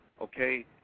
okay